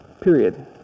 Period